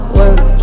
work